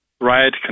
riot